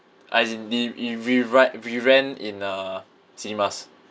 as in they it rerun reran in uh cinemas